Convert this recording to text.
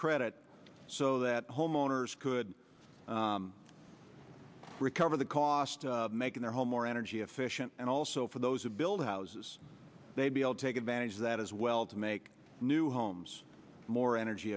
credit so that homeowners could recover the cost of making their home more energy efficient and also for those who build houses they'd be able to take advantage of that as well to make new homes more energy